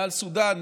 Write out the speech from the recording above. מעל סודאן,